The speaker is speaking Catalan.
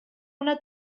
una